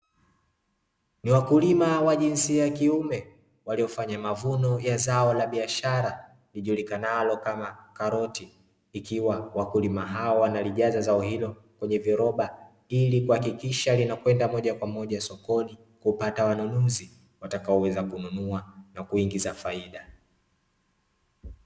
Ni wakulima wa jinsia ya kiume waliofanya mavuno ya zao la biashara, lijulikanalo kama karoti, ikiwa wakulima hao wanalijaza zao hilo kwenye viroba, ili kuhakikisha linakwenda moja kwa moja sokoni, kupata wanunuzi watakaoweza kununua na kuingiza faida.